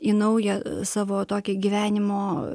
į naują savo tokį gyvenimo